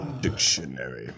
Dictionary